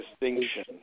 distinction